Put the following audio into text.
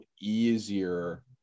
easier